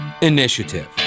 Initiative